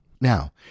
now